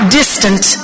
distant